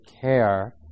care